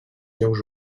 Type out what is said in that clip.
jocs